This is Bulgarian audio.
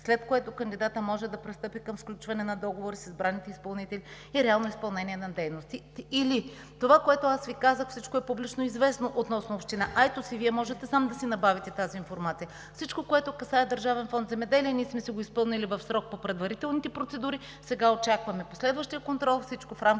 след което кандидатът може да пристъпи към сключване на договори с избраните изпълнители и реално изпълнение на дейности. Или това, което аз Ви казах, всичко е публично известно относно община Айтос и Вие можете сам да си набавите тази информация. Всичко, което касае Държавен фонд „Земеделие“, ние сме го изпълнили в срок по предварителните процедури. Сега очакваме последващия контрол и всичко в рамките